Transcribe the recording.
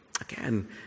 Again